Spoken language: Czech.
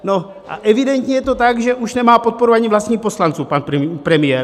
No a evidentně je to tak, že už nemá podporu ani vlastních poslanců, pan premiér.